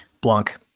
Blanc